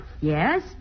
Yes